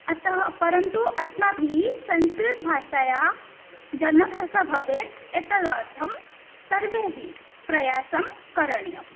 अतः परन्तु अस्माभिः संस्कृतभाषायाः जनभाषा भवेत् एतदर्थं सर्वैः प्रयासः करणीयः